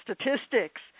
statistics